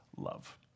love